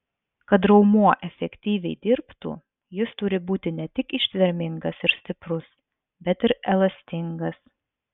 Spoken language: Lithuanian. kad raumuo efektyviai dirbtų jis turi būti ne tik ištvermingas ir stiprus bet ir elastingas